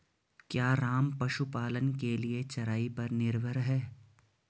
क्या राम पशुपालन के लिए चराई पर निर्भर है?